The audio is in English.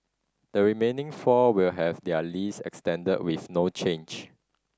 the remaining four will have their lease extended with no change